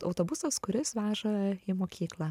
autobusas kuris veža į mokyklą